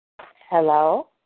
Hello